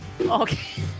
Okay